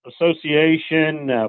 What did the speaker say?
Association